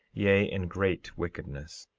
yea in great wickedness,